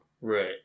Right